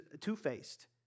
Two-Faced